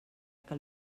que